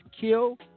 kill